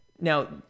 Now